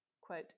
quote